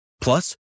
Plus